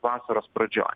vasaros pradžioj